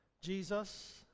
Jesus